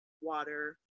water